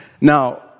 Now